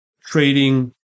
trading